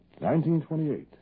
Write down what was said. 1928